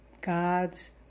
God's